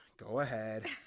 go ahead.